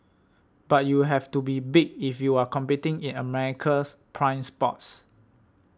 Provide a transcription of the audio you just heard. but you have to be big if you are competing in America's prime spots